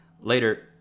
later